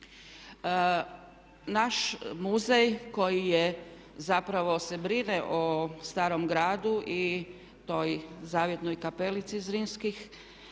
Naš muzej koji je zapravo se brine o Starom gradu i toj zavjetnoj kapelici Zrinskih